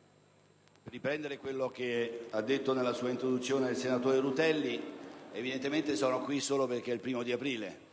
devo riprendere ciò che ha detto nella sua introduzione il senatore Rutelli: evidentemente sono qui solo perché è il primo di aprile.